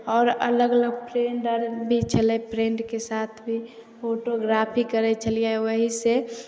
आओर अलग अलग फ्रेन्ड आर भी छलै फ्रेन्डके साथ भी फोटोग्राफी करै छलियै ओहिसऽ